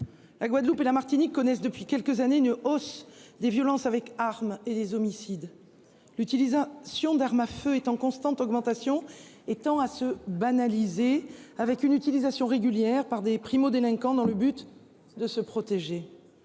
La Guadeloupe et la Martinique connaissent depuis quelques années, une hausse des violences avec arme et les homicides. L'utilisa Sion d'armes à feu est en constante augmentation et tend à se banaliser. Avec une utilisation régulière par des primo-délinquants dans le but de se protéger